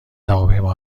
هواپیما